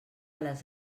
les